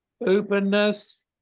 Openness